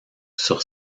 sur